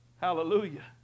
Hallelujah